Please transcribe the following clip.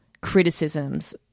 criticisms